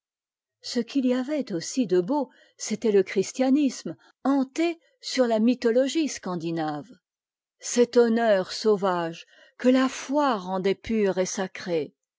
ce qu'il y avait aussi de beau c'était e christianisme enté sur tamythotogie scandinave eet hpnneur sauyage que ta foi rendait'pur et sacré